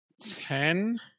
Ten